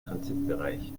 transitbereich